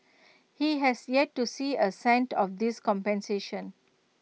he has yet to see A cent of this compensation